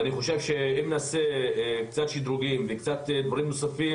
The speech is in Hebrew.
אני חושב שאם נעשה קצת שדרוגים ודברים נוספים,